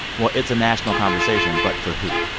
well, it's a national conversation, but for who?